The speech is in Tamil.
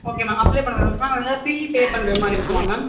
ஓகே மேம் அப்ளே பண்ணணுமா ஏதாவது ஃபீ பே பண்ணுற மாதிரி இருக்குமா மேம்